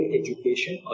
education